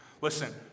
Listen